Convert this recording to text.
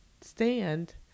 stand